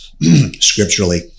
scripturally